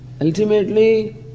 Ultimately